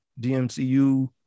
DMCU